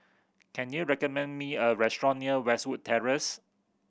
can you recommend me a restaurant near Westwood Terrace